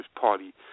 Party